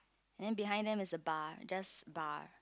then behind them is a bar just bar